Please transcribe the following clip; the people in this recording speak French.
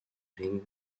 ring